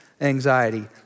anxiety